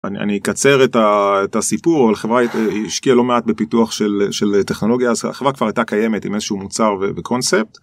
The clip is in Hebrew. אני אני אקצר את ה.. את הסיפור. החברה היא היא השקיעה לא מעט בפיתוח של של טכנולוגיה, אז החברה כבר הייתה קיימת עם איזשהו מוצר וקונספט.